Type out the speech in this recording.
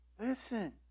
listen